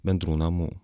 bendrų namų